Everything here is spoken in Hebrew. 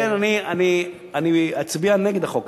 לכן אני אצביע נגד החוק.